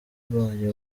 bayo